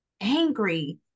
angry